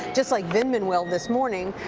just like vindman will this morning,